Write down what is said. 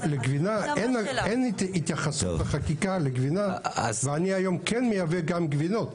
אבל לגבינה אין התייחסות בחקיקה ואני היום כן מייבא גם גבינות.